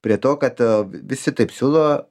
prie to kad visi taip siūlo